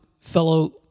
fellow